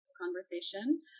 conversation